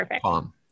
palm